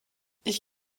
ich